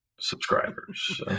subscribers